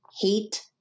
hate